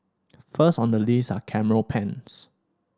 first on the list are camera pens